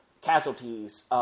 casualties